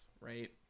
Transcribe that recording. right